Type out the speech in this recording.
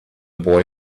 boy